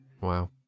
Wow